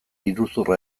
iruzurra